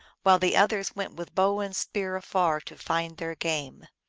while the others went with bow and spear afar to find their game.